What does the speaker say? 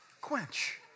Quench